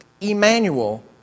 Emmanuel